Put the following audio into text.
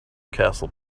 castle